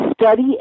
study